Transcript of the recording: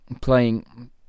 playing